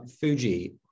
Fuji